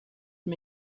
for